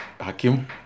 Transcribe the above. Hakim